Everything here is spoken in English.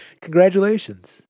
congratulations